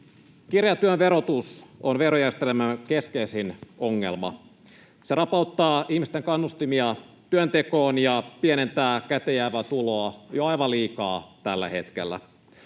Kireä työn verotus on verojärjestelmän keskeisin ongelma. Se rapauttaa ihmisten kannustimia työntekoon ja pienentää käteenjäävää tuloa jo aivan liikaa tällä hetkellä.